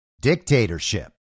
dictatorship